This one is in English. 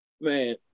man